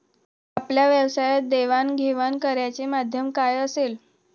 आपल्या व्यवसायात देवाणघेवाण करण्याचे माध्यम काय असेल?